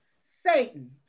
satan